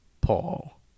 Paul